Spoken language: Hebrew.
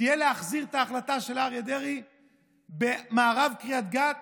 תהיה להחזיר את ההחלטה של אריה דרעי במערב קריית גת